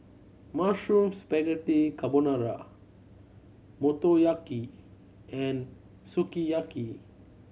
Mushroom Spaghetti Carbonara Motoyaki and Sukiyaki